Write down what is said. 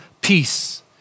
peace